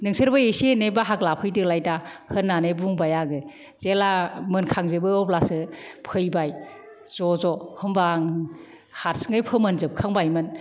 नोंसोरबो एसे एनै बाहागो लाफैदोलाय दा होनानै बुंबाय आङो जेब्ला मोनखांजोबो अब्लासो फैबाय ज' ज' होमबा आङो हारसिङै फोमोनजोबखांबायमोन